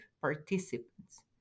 participants